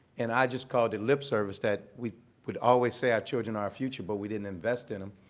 and i just called it lip service that we would always say our children are our future but we didn't invest in them.